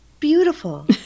Beautiful